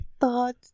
thought